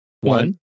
one